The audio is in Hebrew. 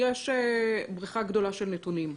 בשירות יש בריכה גדולה של נתונים.